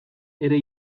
ere